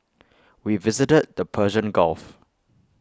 we visited the Persian gulf